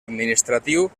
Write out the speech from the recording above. administratiu